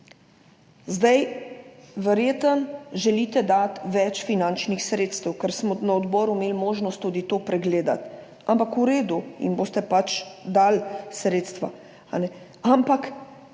Verjetno jim želite dati več finančnih sredstev, ker smo na odboru imeli možnost tudi to pregledati, ampak v redu, jim boste pač dali sredstva.